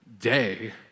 day